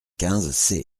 quinze